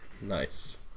nice